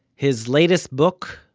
his latest book,